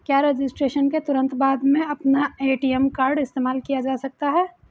क्या रजिस्ट्रेशन के तुरंत बाद में अपना ए.टी.एम कार्ड इस्तेमाल किया जा सकता है?